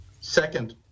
second